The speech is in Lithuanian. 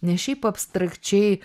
ne šiaip abstrakčiai